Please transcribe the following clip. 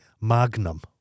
Magnum